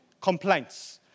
complaints